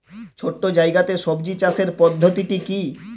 ছোট্ট জায়গাতে সবজি চাষের পদ্ধতিটি কী?